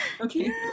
Okay